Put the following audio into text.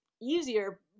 easier